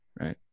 right